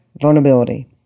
vulnerability